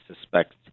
suspect